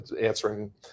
answering